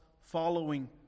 following